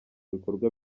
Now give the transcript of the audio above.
bikorwa